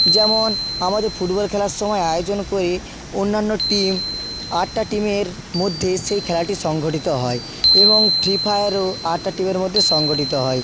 যেমন আমাদের ফুটবল খেলার সময় আয়োজন করে অন্যান্য টিম আটটা টিমের মধ্যে সেই খেলাটি সংঘটিত হয় এবং ফ্রি ফায়ারও আটটা টিমের মধ্যে সংগঠিত হয়